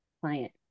client